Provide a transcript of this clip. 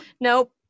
Nope